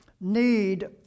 need